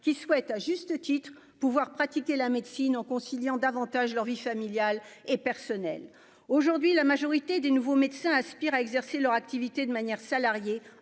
qui souhaitent, à juste titre, pouvoir pratiquer la médecine en conciliant davantage leur vie familiale et personnelle aujourd'hui la majorité des nouveaux médecins aspirent à exercer leur activité, de manière salariés